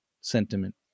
sentiment